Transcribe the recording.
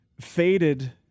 faded